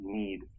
need